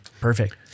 Perfect